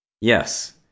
Yes